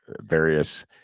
various